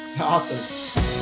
awesome